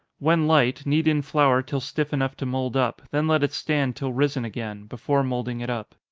when light, knead in flour till stiff enough to mould up, then let it stand till risen again, before moulding it up.